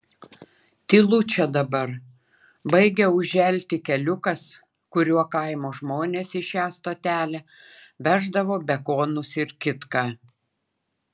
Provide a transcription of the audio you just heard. tylu čia dabar baigia užželti keliukas kuriuo kaimo žmonės į šią stotelę veždavo bekonus ir kitką